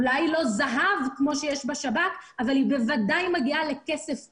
אולי לא זהב כמו שיש בשב"כ, אבל בוודאי כסף פלוס.